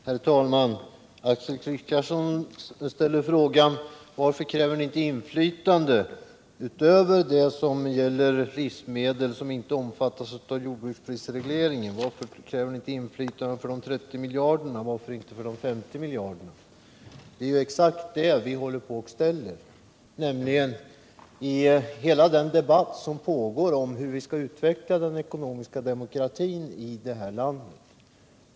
Herr talman! Axel Kristiansson ställde frågan: Varför kräver ni inte inflytande utöver det som gäller livsmedel som inte omfattas av jordbruksprisregleringen? Varför kräver ni inte inflytande för de 30 och de 50 miljarderna? Det är exakt det vi håller på att göra, i hela den debatt som pågår om hur vi skall kunna utveckla den ekonomiska demokratin i det här landet.